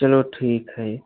चलो ठीक है